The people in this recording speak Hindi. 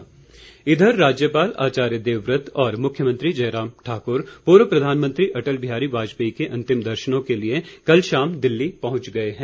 रवाना इधर राज्यपाल आचार्य देवव्रत और मुख्यमंत्री जयराम ठाकुर पूर्व प्रधानमंत्री अटल बिहारी वाजपेयी के अंतिम दर्शनों के लिए कल शाम दिल्ली पहुंच गए हैं